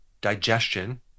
digestion